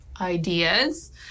ideas